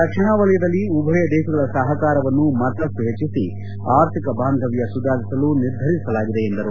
ರಕ್ಷಣಾ ವಲಯದಲ್ಲಿ ಉಭಯ ದೇಶಗಳ ಸಹಕಾರವನ್ನು ಮತ್ತಷ್ಟು ಹೆಚ್ಚಿಸಿ ಆರ್ಥಿಕ ಬಾಂಧವ್ಯ ಸುಧಾರಿಸಲು ನಿರ್ಧರಿಸಲಾಗಿದೆ ಎಂದರು